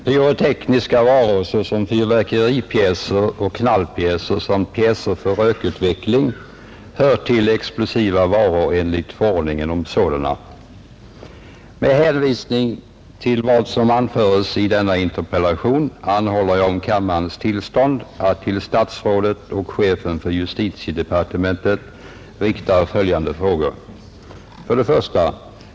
Pyrotekniska varor som fyrverkeripjäser och knallpjäser samt pjäser för rökutveckling hör till explosiva varor enligt förordningen om sådana. Kommerskollegium har utfärdat tillämpningsföreskrifter till förordningen, i vilken stadgas att man skall ha fyllt 15 år för att få inköpa sådana mindre, pyrotekniska varor som knallpulver o. d. och 18 år för att få inköpa alla sådana varor som får säljas till allmänheten utan särskilt tillstånd. Tillstånd från polismyndigheten krävs för inköp av fyrverkeripjäser som innehåller en pyroteknisk sats på mer än 500 gram svartkrut och av knallpjäser som innehåller mer än 10 gram svartkrut eller mer än 5 gram annan pyroteknisk sats.